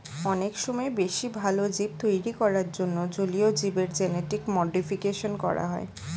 অনেক সময় বেশি ভালো জীব তৈরী করার জন্যে জলীয় জীবের জেনেটিক মডিফিকেশন করা হয়